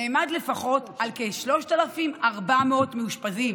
נאמד לפחות בכ-3,400 מאושפזים.